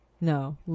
no